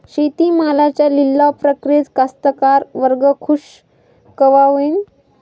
शेती मालाच्या लिलाव प्रक्रियेत कास्तकार वर्ग खूष कवा होईन?